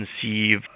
conceive